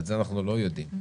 ואת זה אנחנו לא יודעים,